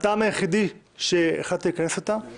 הטעם היחידי שהחלטתי לכנס אותה הוא